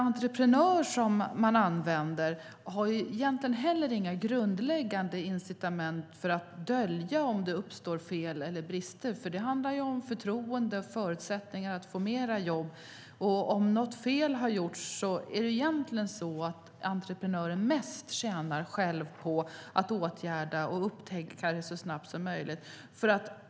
Entreprenören har heller inga grundläggande incitament för att dölja om det uppstår fel eller brister. Det handlar ju om förtroende och förutsättningar att få fler jobb. Om något fel har gjorts är det egentligen så att entreprenören tjänar mest på att upptäcka och själv åtgärda fel så snabbt som möjligt.